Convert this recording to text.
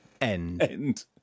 End